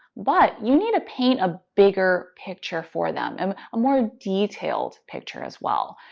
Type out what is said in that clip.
but you need to paint a bigger picture for them, and a more detailed picture as well.